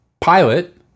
pilot